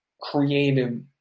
creative